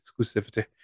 exclusivity